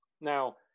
Now